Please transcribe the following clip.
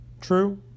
True